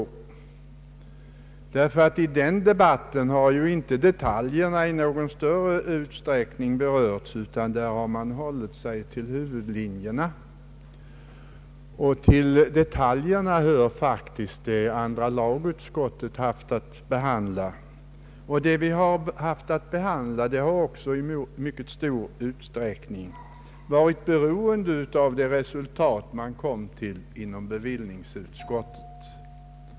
I den debatten har ju inte detaljerna berörts i någon större utsträckning, utan där har man hållit sig till huvudlinjerna, och till detaljerna hör faktiskt det andra lagutskottet haft att behandla. Det andra lagutskottet haft att behandla har också i mycket stor utsträckning varit beroende av det resultat som bevillningsutskottet kommit till.